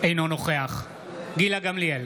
אינו נוכח גילה גמליאל,